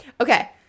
okay